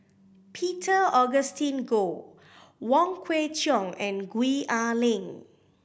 Peter Augustine Goh Wong Kwei Cheong and Gwee Ah Leng